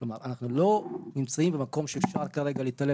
כלומר: זה נכון שמופיעה המוגבלות,